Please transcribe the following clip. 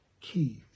keys